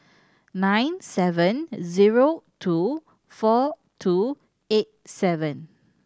nine seven zero two four two eight seven